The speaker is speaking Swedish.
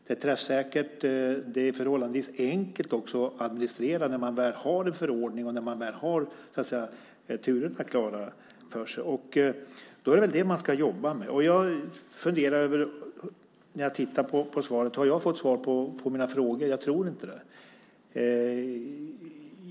Det är träffsäkert och förhållandevis enkelt att administrera när man väl har en förordning och turerna står klara. Då är det väl det man ska jobba med. När jag tittar på svaret funderar jag över om jag har fått svar på mina frågor. Jag tror inte det.